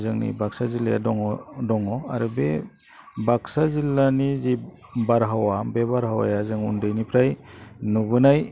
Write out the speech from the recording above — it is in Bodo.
जोंनि बाक्सा जिल्लाया दङ दङ आरो बे बाक्सा जिल्लानि जे बारहावा बे बारहावाया जों उन्दैनिफ्राय नुबोनाय